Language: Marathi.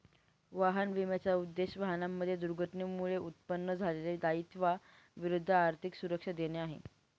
वाहन विम्याचा उद्देश, वाहनांमध्ये दुर्घटनेमुळे उत्पन्न झालेल्या दायित्वा विरुद्ध आर्थिक सुरक्षा देणे आहे